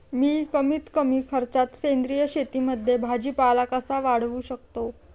मी कमीत कमी खर्चात सेंद्रिय शेतीमध्ये भाजीपाला कसा वाढवू शकतो?